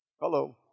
Hello